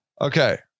Okay